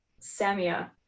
Samia